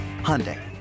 Hyundai